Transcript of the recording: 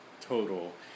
total